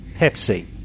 pepsi